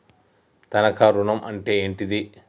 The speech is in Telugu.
తనఖా ఋణం అంటే ఏంటిది?